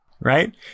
right